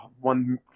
one